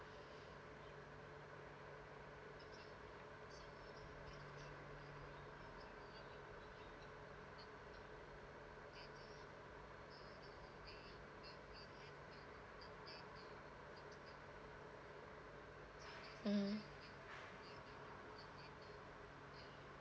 mm